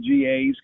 GAs